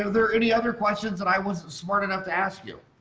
ah there any other questions that i was smart enough to ask you?